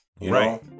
right